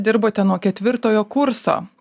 dirbote nuo ketvirtojo kurso